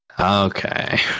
Okay